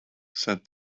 said